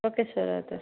okay sir అయితే